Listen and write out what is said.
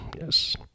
Yes